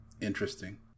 interesting